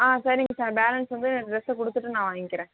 ஆ சரிங்க sir balance வந்து ட்ரெஸை கொடுத்துட்டு நான் வாங்கிக்கிறேன்